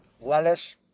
lettuce